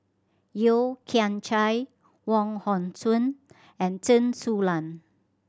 Yeo Kian Chye Wong Hong Suen and Chen Su Lan